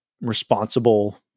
responsible